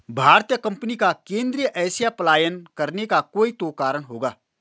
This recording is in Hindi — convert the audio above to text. भारतीय कंपनी का केंद्रीय एशिया पलायन करने का कोई तो कारण होगा